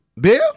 Bill